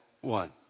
one